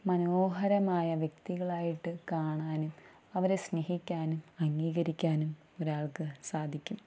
മനോഹരമായ വ്യക്തികളായിട്ടു കാണാനും അവരെ സ്നേഹിക്കാനും അംഗീകരിക്കാനും ഒരാൾക്ക് സാധിക്കും